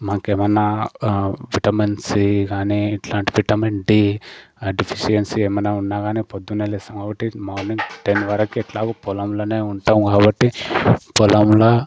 మాకు ఏమన్నా vitamin C గానీ ఇట్లాంటి విటమిన్ డి డిఫిషియన్సీ ఏమన్నా ఉన్నా గానీ పొద్దునే లేస్తాం కాబట్టి మార్నింగ్ టెన్ వరకు ఎట్లాగో పొలంలోనే ఉంటాము కాబట్టి పొలంలో